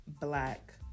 black